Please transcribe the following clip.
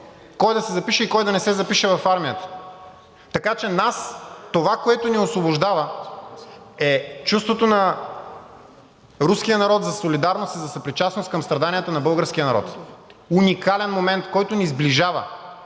кой да се запише и кой да не се запише в армията. Така че нас това, което ни освобождава, е чувството на руския народ за солидарност и за съпричастност към страданията на българския народ. Уникален момент, който ни сближава.